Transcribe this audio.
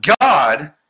god